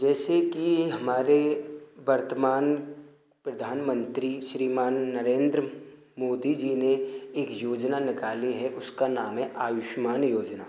जैसे कि हमारे वर्तमान प्रधानमंत्री श्रीमान नरेंद्र मोदी जी ने एक योजना निकाली है उसका नाम है आयुष्मान योजना